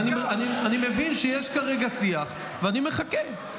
אני מבין שיש כרגע שיח ואני מחכה.